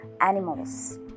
animals